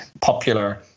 popular